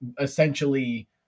essentially